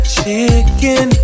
chicken